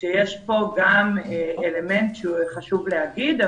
שיש כאן גם אלמנט שחשוב להגיד.